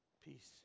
Peace